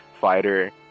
fighter